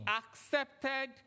accepted